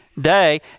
day